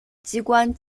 机关